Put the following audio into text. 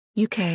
UK